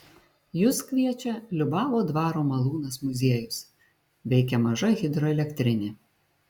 jus kviečia liubavo dvaro malūnas muziejus veikia maža hidroelektrinė